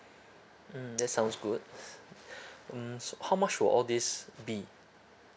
mm that sounds good mm how much will all this be